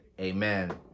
Amen